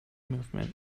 movement